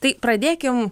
tai pradėkim